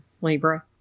Libra